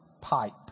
pipe